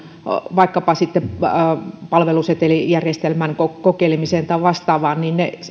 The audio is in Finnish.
vaikkapa palvelusetelijärjestelmän kokeilemiseen tai vastaavaan